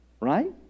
right